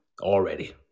Already